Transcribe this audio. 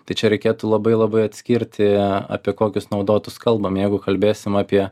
tai čia reikėtų labai labai atskirti apie kokius naudotus kalbam jeigu kalbėsim apie